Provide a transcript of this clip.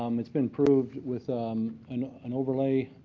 um it's been proved with um an an overlay